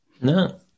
No